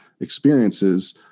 experiences